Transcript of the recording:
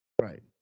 Right